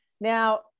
Now